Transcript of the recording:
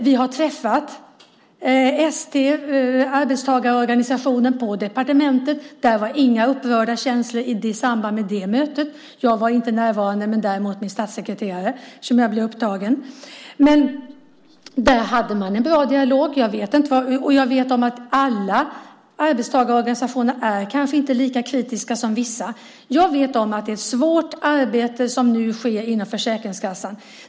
Vi har träffat arbetstagarorganisationen ST på departementet. I samband med det mötet var det inga upprörda känslor. Jag var inte närvarande eftersom jag var upptagen, men däremot var min statssekreterare där. Man hade en bra dialog, och jag vet att alla arbetstagarorganisationer kanske inte är lika kritiska som vissa. Jag vet att det är ett svårt arbete som nu sker inom Försäkringskassan.